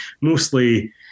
mostly